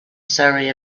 surrey